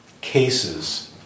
cases